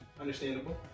understandable